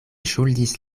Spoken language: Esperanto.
ŝuldis